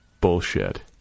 bullshit